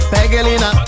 Pegelina